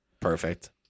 Perfect